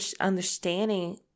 understanding